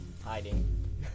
hiding